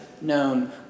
known